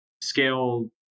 scale